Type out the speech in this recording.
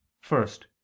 First